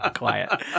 Quiet